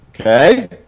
okay